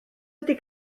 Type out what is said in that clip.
ydy